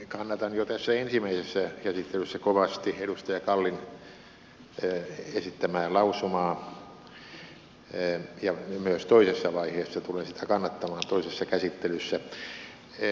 kannatan jo tässä ensimmäisessä käsittelyssä kovasti edustaja kallin esittämää lausumaa ja myös toisessa käsittelyssä tulen sitä kannattamaan